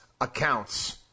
accounts